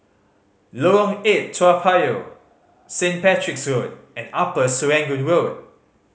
Lorong Eight Toa Payoh Saint Patrick's Road and Upper Serangoon Road